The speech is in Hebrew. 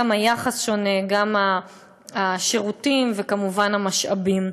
גם היחס שונה, גם השירותים וכמובן המשאבים.